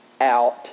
out